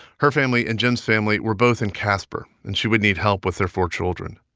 her family and jim's family were both in casper, and she would need help with their four children.